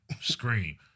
Scream